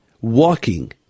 walking